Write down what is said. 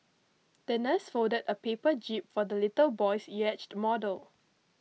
the nurse folded a paper jib for the little boy's yacht model